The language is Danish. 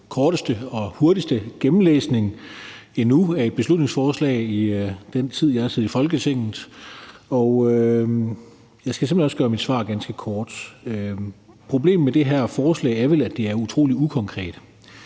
krævet den hurtigste gennemlæsning endnu af et beslutningsforslag i den tid, hvor jeg har siddet i Folketinget, og jeg skal simpelt hen også gøre mit svar ganske kort. Problemet med det her forslag er vel, at det er utrolig ukonkret.